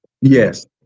yes